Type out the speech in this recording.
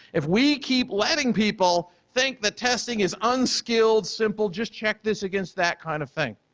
if we keep letting people think that testing is unskilled, simple, just check this against that kind of thing,